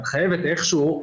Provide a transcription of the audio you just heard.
את חייבת איך שהוא,